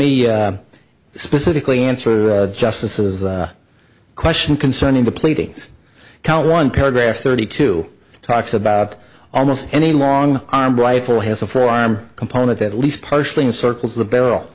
me specifically answer justices question concerning the pleadings count one paragraph thirty two talks about almost any long armed rifle has a firearm component at least partially in circles the barrel